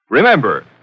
Remember